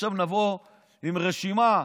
עכשיו נבוא עם רשימה,